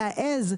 להעז,